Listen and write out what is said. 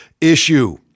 issue